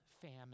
famine